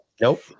Nope